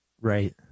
Right